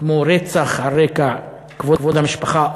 כמו כבוד המשפחה,